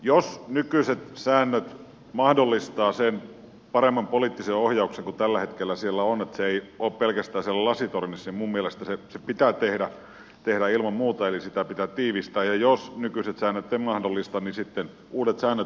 jos nykyiset säännöt mahdollistavat sen paremman poliittisen ohjauksen kuin tällä hetkellä siellä on että se ei ole pelkästään siellä lasitornissa niin minun mielestäni se pitää tehdä ilman muuta eli sitä pitää tiivistää ja jos nykyiset säännöt eivät sitä mahdollista niin sitten uudet säännöt